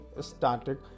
static